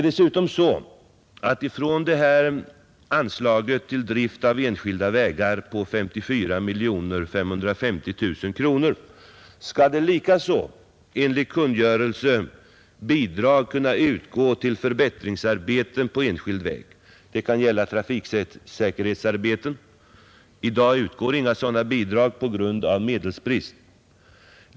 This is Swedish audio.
Dessutom skall bidrag från anslaget till drift av enskilda vägar på 54 550 000 kronor också enligt kungörelse kunna utgå till förbättringsarbeten på enskild väg — det kan gälla trafiksäkerhetsarbeten. I dag utgår inga sådana bidrag på grund av medelsbrist.